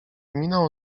minął